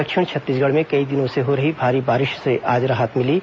दक्षिण छत्तीसगढ़ में कई दिनों से हो रही भारी बारिश से आज राहत मिली है